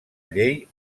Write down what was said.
llei